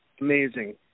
amazing